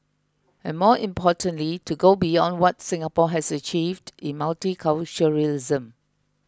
and more importantly to go beyond what Singapore has achieved in multiculturalism